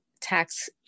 tax